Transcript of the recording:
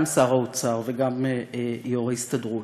גם שר האוצר וגם יו"ר ההסתדרות?